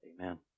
Amen